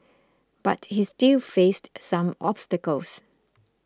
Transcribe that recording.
but he still faced some obstacles